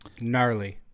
Gnarly